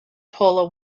pull